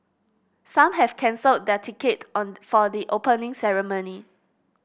some have cancelled their ticket on for the Opening Ceremony